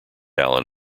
allen